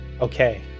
Okay